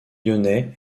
lyonnais